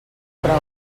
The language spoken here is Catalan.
prou